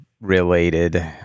related